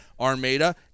Armada